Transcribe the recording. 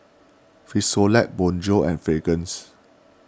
Frisolac Bonjour and Fragrance